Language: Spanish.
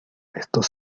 estos